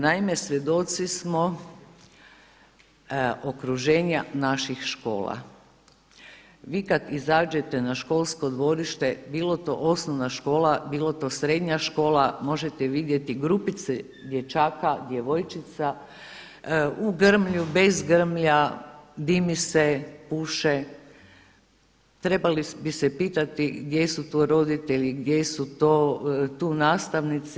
Naime, svjedoci smo okruženja naših škola, vi kada izađete na školsko dvorište bilo to osnovna škola, bila to srednja škola možete vidjeti grupice dječaka, djevojčica u grmlju, bez grmlja, dimi se, puše trebali bi se pitati gdje su tu roditelji, gdje su tu nastavnici.